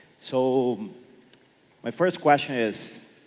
so my first question is